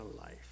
life